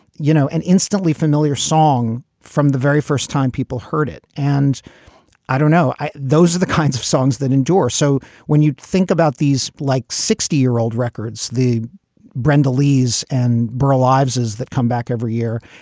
you know, an instantly familiar song from the very first time people heard it. and i don't know, those are the kinds of songs that endure. so when you think about these like sixty year old records, the brenda lee's and burl ives, is that comeback every year.